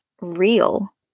real